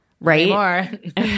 right